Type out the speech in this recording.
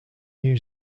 new